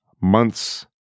months